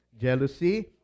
jealousy